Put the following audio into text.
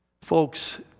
Folks